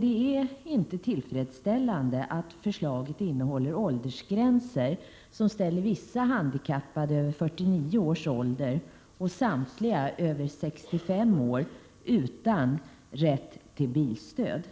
Det är emellertid inte tillfredsställande att förslaget innehåller åldersgränser som ställer vissa handikappade över 49 års ålder och samtliga över 65 års ålder utan rätt till bilstöd.